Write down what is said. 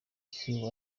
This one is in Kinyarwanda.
see